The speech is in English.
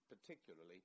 particularly